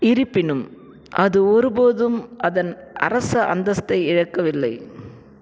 இருப்பினும் அது ஒருபோதும் அதன் அரச அந்தஸ்தை இழக்கவில்லை